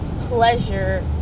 pleasure